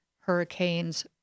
hurricanes